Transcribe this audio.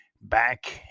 back